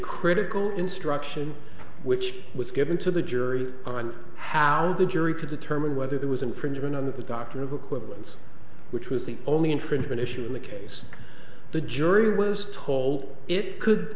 critical instruction which was given to the jury on how the jury could determine whether there was infringement on the doctrine of equivalence which was the only infringement issue in the case the jury was told it could